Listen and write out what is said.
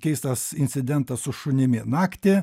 keistas incidentas su šunimi naktį